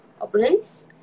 opponents